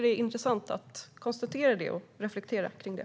Det är intressant att konstatera det och reflektera över det.